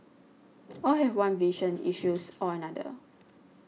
all have one vision issues or another